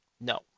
No